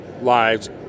lives